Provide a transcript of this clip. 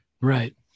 Right